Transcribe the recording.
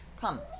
come